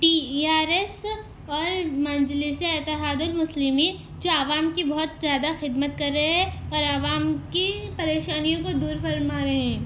T E R S اور مجلس اتحاد المسلمین جو عوام کی بہت زیادہ خدمت کر رہے ہے اور عوام کی پریشانیوں کو دور فرما رہے ہیں